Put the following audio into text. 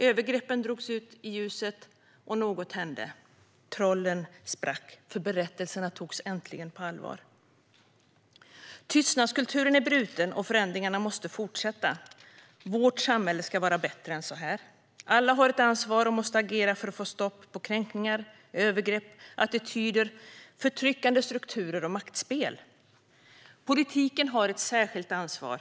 Övergreppen drogs fram i ljuset, och något hände. Trollen sprack därför att berättelserna äntligen togs på allvar. Tystnadskulturen är bruten, och förändringarna måste fortsätta. Vårt samhälle ska vara bättre än så här. Alla har ett ansvar och måste agera för att få stopp på kränkningar, övergrepp, attityder, förtryckande strukturer och maktspel. Politiken har ett särskilt ansvar.